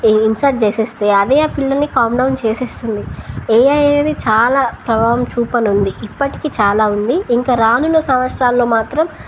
insert చేసేస్తే అదే ఆ పిల్లని కామ్ డౌన్ చేసేస్తుంది ఏఐ అనేది చాలా ప్రభావం చూపనుంది ఇప్పటికీ చాలా ఉంది ఇంకా రానున్న సంవత్సరాల్లో మాత్రం